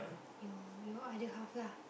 your your other half lah